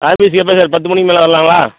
ஆபீஸுக்கு எப்போ சார் பத்து மணிக்கு மேலே வரலாங்களா